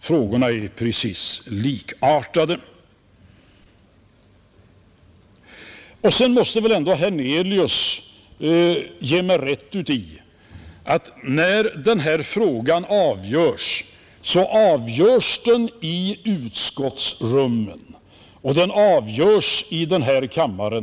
Frågorna är precis likartade, Sedan måste väl ändå herr Hernelius ge mig rätt i att när den här frågan avgörs så avgörs den i utskottsrummen och den avgörs i denna kammare.